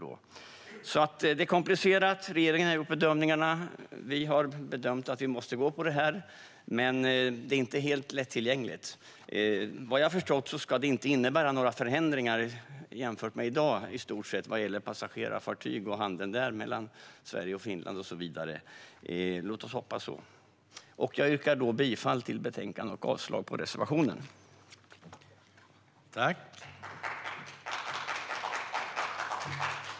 Det är komplicerat. Regeringen har gjort bedömningarna. Vi har bedömt att vi måste gå på detta, men det är inte helt lättillgängligt. Vad jag förstått ska det i stort sett inte innebära några förändringar jämfört med i dag vad gäller passagerarfartyg och handeln där mellan Sverige och Finland och så vidare. Låt oss hoppas det. Jag yrkar bifall till förslaget och avslag på reservationen.